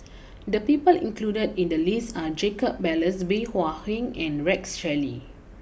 the people included in the list are Jacob Ballas Bey Hua Heng and Rex Shelley